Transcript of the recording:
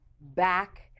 back